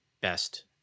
best